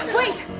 wait!